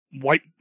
white